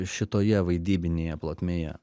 šitoje vaidybinėje plotmėje